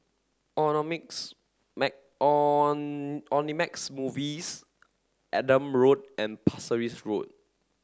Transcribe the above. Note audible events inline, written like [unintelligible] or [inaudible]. Omnimax [unintelligible] Movies Adam Road and Pasir Ris Road